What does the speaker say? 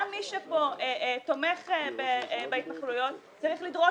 גם מי שתומך פה בהתנחלויות צריך לדרוש